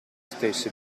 stesso